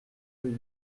deux